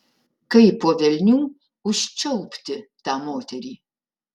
kaip po velnių užčiaupti tą moterį